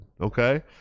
okay